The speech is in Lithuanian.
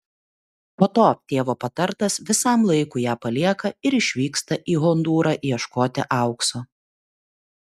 po to tėvo patartas visam laikui ją palieka ir išvyksta į hondūrą ieškoti aukso